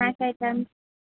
snack items